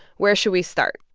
where should we start?